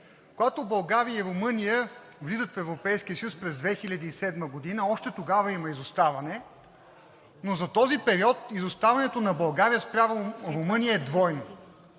когато България и Румъния влизат в Европейския съюз през 2007 г., още тогава има изоставане, но за този период изоставането на България спрямо Румъния е двойно.